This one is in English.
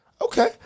Okay